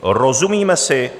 Rozumíme si?